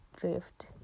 drift